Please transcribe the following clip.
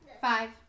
Five